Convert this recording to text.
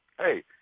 hey